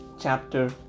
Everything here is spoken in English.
chapter